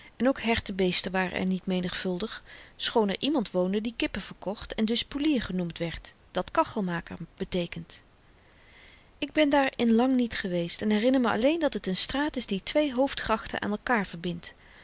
en ook hertebeesten waren er niet menigvuldig schoon er iemand woonde die kippen verkocht en dus poelier genoemd werd dat kachelmaker beteekent ik ben daar in lang niet geweest en herinner me alleen dat het n straat is die twee hoofdgrachten aan elkaar verbindt